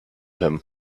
him